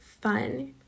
fun